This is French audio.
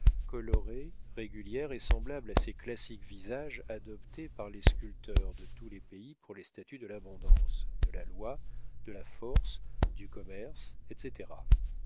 colorée régulière et semblable à ces classiques visages adoptés par les sculpteurs de tous les pays pour les statues de l'abondance de la loi de la force du commerce etc